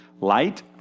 light